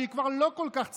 שהיא כבר לא כל כך צעירה,